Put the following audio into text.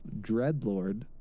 Dreadlord